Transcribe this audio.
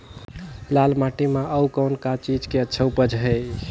लाल माटी म अउ कौन का चीज के अच्छा उपज है?